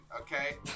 okay